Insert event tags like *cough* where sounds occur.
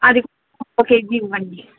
అది *unintelligible* కేజీ ఇవ్వండి